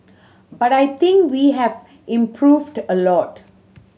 but I think we have improved a lot